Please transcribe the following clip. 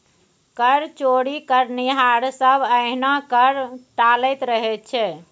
कर चोरी करनिहार सभ एहिना कर टालैत रहैत छै